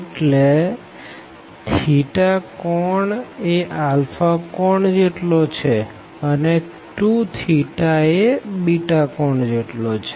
એટલે કોણ એ અલ્ફા કોણ જેટલો છેઅને 2 એ બીટા કોણ જેટલો છે